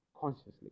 consciously